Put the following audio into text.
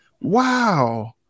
Wow